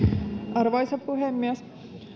arvoisa puhemies